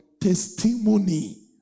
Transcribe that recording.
Testimony